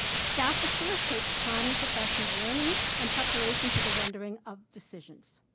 staff facilitates timely professional learning in preparation for the rendering of decisions.